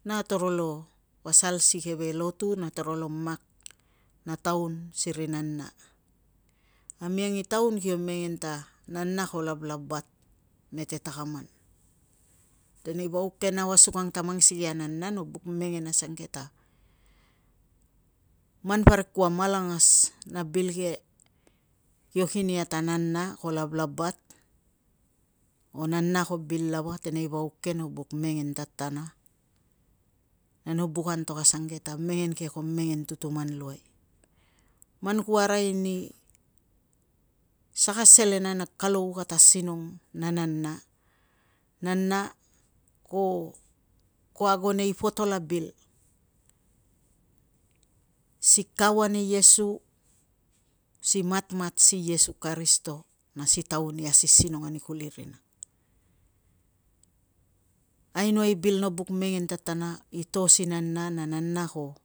na torolo pasal si keve lotu na torolo mak a taun siri aina. Amiang i taun kio mengen ta nana kapo lavlabat mete takaman. Tenei vauk ke asukang ta mang sikei a nana no buk mengen ta asukang e ta man parik kua malangas a bil ke kio kin ia ta, nana ko lavlabat, o nana ko bil lava. Tenei vauk ke no buk mengen tatana, no buk antok asange ta mengen ke ko mengen tutuman luai. Man ku arai ni saka selen an a kalou kata asinong na nana, nana ko ago nei potol a bil, si kau ani iesu, si matmat si iesu karisito na si taun i asinong ani kuli rina. Ainoai i bil no buk mengen tatana i to si nana na nana ko